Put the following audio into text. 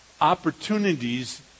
opportunities